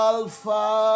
Alpha